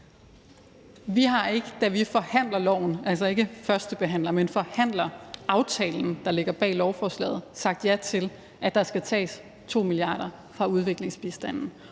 Vi har ikke, da vi forhandler om loven, altså ikke førstebehandler, men forhandler aftalen, der ligger bag lovforslaget, sagt ja til, at der skal tages 2 mia. kr. fra udviklingsbistanden,